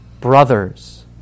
brothers